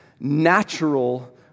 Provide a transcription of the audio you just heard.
natural